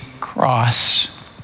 cross